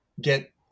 get